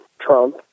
Trump